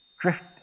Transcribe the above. drift